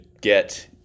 get